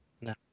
No